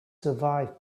survived